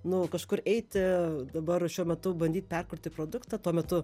nu kažkur eiti dabar šiuo metu bandyt perkurti produktą tuo metu